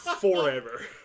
Forever